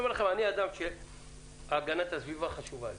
אני אומר לכם, אני אדם שהגנת הסביבה חשובה לי.